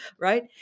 right